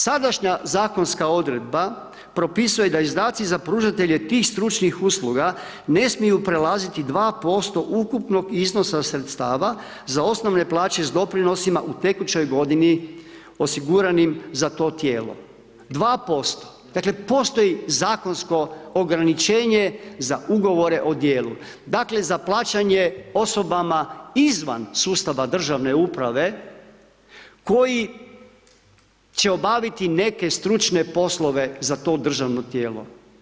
Sadašnja zakonska odredba propisuje da izdaci za pružatelje tih stručnih usluga ne smiju prelaziti 2% ukupnog iznosa sredstava za osnovne plaće s doprinosima u tekućoj godini osiguranim za to tijelo, 2%, dakle postoji zakonsko ograničenje za ugovore o djelu, dakle za plaćanje osobama izvan sustava državne uprave koji će obaviti neke stručne poslove za to državno tijelo.